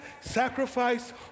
Sacrifice